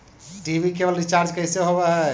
TV केवल recharge कैसे होब हइ?